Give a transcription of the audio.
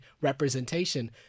representation